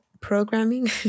programming